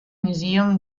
museum